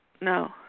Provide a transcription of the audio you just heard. No